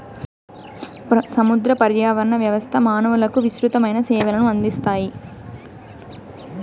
సముద్ర పర్యావరణ వ్యవస్థ మానవులకు విసృతమైన సేవలను అందిస్తాయి